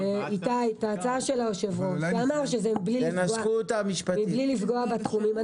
שזה מבלי לפגוע בתחומים.